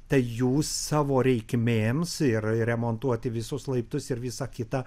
tai jūs savo reikmėms ir remontuoti visus laiptus ir visa kita